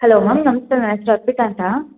hello ma'am ನಮಸ್ತೆ ನನ್ನ ಹೆಸರು ಅರ್ಪಿತಾ ಅಂತ